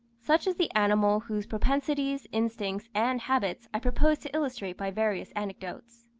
such is the animal whose propensities, instincts, and habits, i propose to illustrate by various anecdotes.